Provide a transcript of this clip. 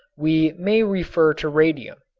we may refer to radium.